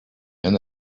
and